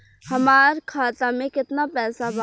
हमार खाता मे केतना पैसा बा?